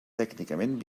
tècnicament